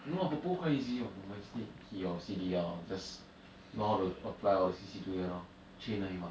no ah bobo quite easy what no meh you just need he or C_D_R just know how to apply all the C_C together chain 而已 mah